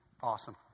awesome